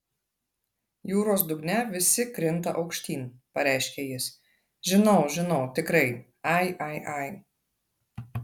jūros dugne visi krinta aukštyn pareiškė jis žinau žinau tikrai ai ai ai